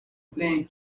playing